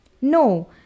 No